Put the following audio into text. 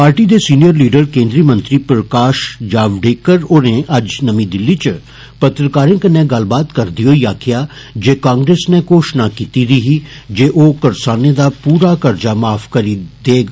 party दे senior leader केन्द्री मंत्री प्रकाष जावेडकर होरें अज्ज नमीं दिल्ली च पत्रकारें कन्नै गल्लबात करदे होई आक्खेआ जे कांग्रेस ने घोशणा कीती दी ही जे करसानें दा पूरा कर्जा माफ करी दिता जाग